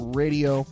radio